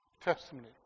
testimony